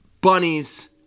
Bunnies